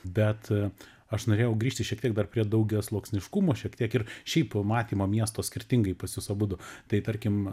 bet aš norėjau grįžti šiek tiek dar prie daugiasluoksniškumo šiek tiek ir šiaip to matymo miesto skirtingai pas jus abudu tai tarkim